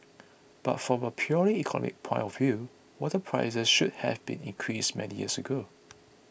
but from a purely economic point of view water prices should have been increased many years ago